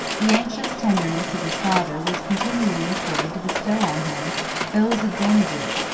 the anxious tenderness of his father was continually employed to bestow on him those advantages,